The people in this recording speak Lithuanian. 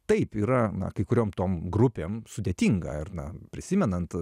taip yra na kai kuriom tom grupėm sudėtinga ar na prisimenant